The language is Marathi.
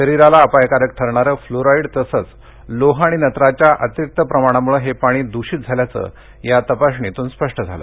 शरीरास अपायकारक ठरणारं फ्लुरॉईड तसंच लोह आणि नत्राच्या अतिरिक्त प्रमाणामुळं हे पाणी द्रषित झाल्याचं या तपासणीतून स्पष्ट झालं